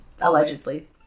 allegedly